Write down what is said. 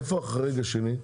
איפה החריג השני?